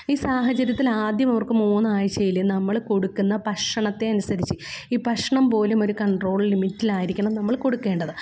ഈ സാഹചര്യത്തിലാദ്യം അവർക്ക് മൂന്നാഴ്ചയില് നമ്മള് കൊടുക്കുന്ന ഭക്ഷണത്തെ അനുസരിച്ച് ഈ ഭക്ഷണം പോലുമൊരു കൺട്രോൾ ലിമിറ്റിലായിരിക്കണം നമ്മൾ കൊടുക്കേണ്ടത്